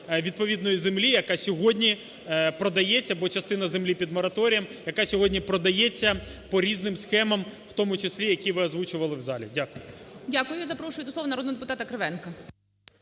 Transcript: відповідної землі, яка сьогодні продається, бо частина землі під мораторієм, яка сьогодні продається по різним схемам, в тому числі, які ви озвучували в залі. Дякую. ГОЛОВУЮЧИЙ. Дякую. Запрошую до слова народного депутата Кривенка.